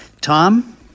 Tom